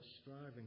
striving